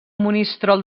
monistrol